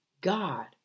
God